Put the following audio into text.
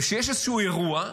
כשיש איזשהו אירוע,